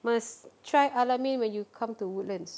must try al-amin when you come to woodlands